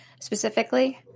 specifically